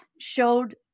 showed